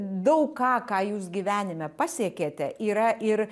daug ką ką jūs gyvenime pasiekėte yra ir